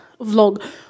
vlog